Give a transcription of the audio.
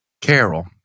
Carol